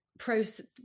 process